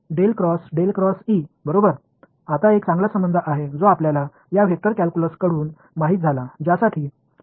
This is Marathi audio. तर बरोबर आता एक चांगला संबंध आहे जो आपल्याला या वेक्टर कॅल्क्युलस कडून माहित झाला ज्यासाठी